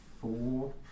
four